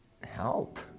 help